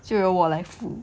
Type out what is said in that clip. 就由我来负